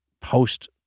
post